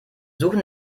suchen